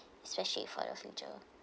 especially for your future